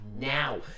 now